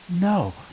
No